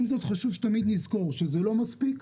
עם זאת חשוב שתמיד נזכור שזה לא מספיק.